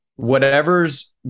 whatever's